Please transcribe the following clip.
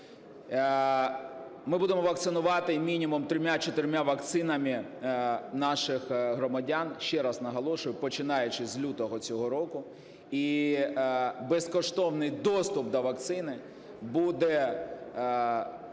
Ми будемо вакцинувати мінімум 3-4 вакцинами наших громадян, ще раз наголошую, починаючи з лютого цього року. І безкоштовний доступ до вакцин буде зроблений